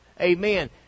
Amen